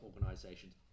organizations